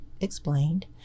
explained